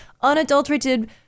unadulterated